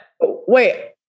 wait